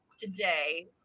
today